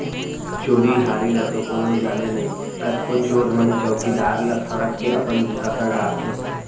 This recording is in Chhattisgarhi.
चोरी हारी ल तो कोनो जाने नई, कतको चोर मन चउकीदार ला सांट के अपन बूता कर डारथें